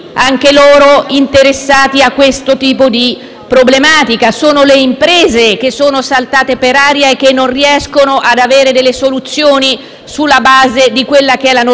problematica; sono le imprese, che sono saltate per aria e non riescono ad avere soluzioni sulla base della normativa. Questo provvedimento è il cuore